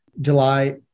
July